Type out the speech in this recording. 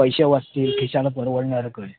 पैसे वाचतील खिशाला परवडणार कळे